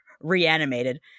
reanimated